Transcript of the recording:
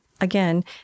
again